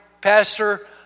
Pastor